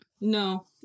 No